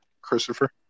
Christopher